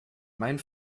mein